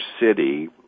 city